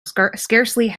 scarcely